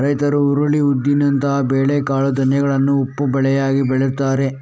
ರೈತರು ಹುರುಳಿ, ಉದ್ದಿನಂತಹ ಬೇಳೆ ಕಾಳು ಧಾನ್ಯಗಳನ್ನ ಉಪ ಬೆಳೆಯಾಗಿ ಬೆಳೀತಾರೆ